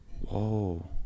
Whoa